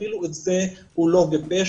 אפילו את זה לא גיבש.